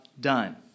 done